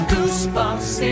Goosebumps